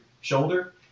shoulder